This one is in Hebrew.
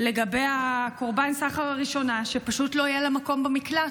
לגבי קורבן הסחר הראשונה שפשוט לא יהיה לה מקום במקלט,